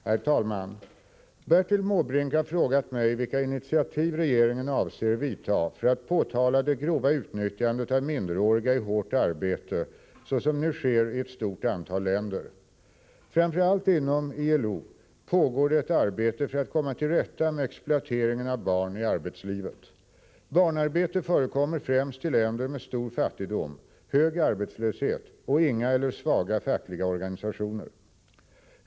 Herr talman! Bertil Måbrink har frågat mig vilka initiativ regeringen avser vidtaga för att påtala det grova utnyttjandet av minderåriga i hårt arbeté såsom nu sker i ett stort antal länder. Framför allt inom ILO pågår det ett arbete för att komma till rätta med exploateringen av barn i arbetslivet. Barnarbete förekommer främst i länder med stor fattigdom, hög arbetslöshet och inga eller svaga fackliga organisationer.